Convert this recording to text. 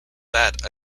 that